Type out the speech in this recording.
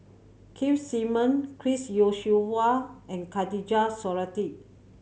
Keith Simmon Chris Yeo Siew Hua and Khatijah Surattee